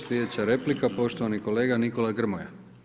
Slijedeća replika poštovani kolega Nikola Grmoja.